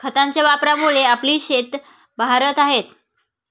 खतांच्या वापरामुळे आपली शेतं बहरत आहेत